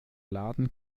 laden